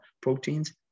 proteins